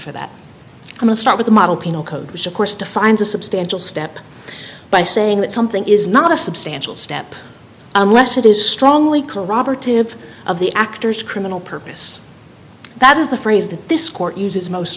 for that i will start with a model penal code which of course defines a substantial step by saying that something is not a substantial step unless it is strongly corroborative of the actor's criminal purpose that is the phrase that this court uses most